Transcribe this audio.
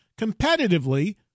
competitively